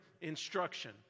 instruction